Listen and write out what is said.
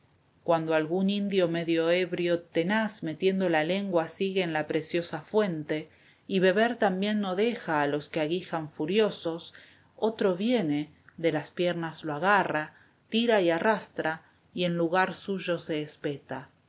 cuando algún indio medio ebrio tenaz metiendo la lengua sigue en la preciosa fuente y beber también no deja a los que aguijan furiosos otro viene de las piernas lo agarra tira y arrastra y en lugar suyo se espeta